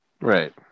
Right